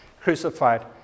crucified